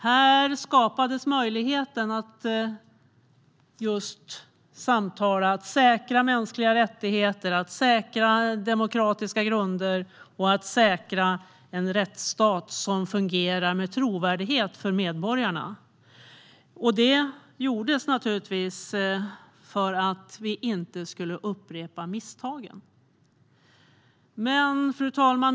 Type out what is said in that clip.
Här skapades möjligheten att just samtala och att säkra mänskliga rättigheter, demokratiska grunder och en rättsstat som fungerar med trovärdighet för medborgarna. Detta gjordes naturligtvis för att vi inte skulle upprepa misstagen. Fru talman!